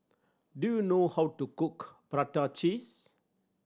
do you know how to cook prata cheese